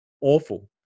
awful